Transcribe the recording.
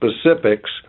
specifics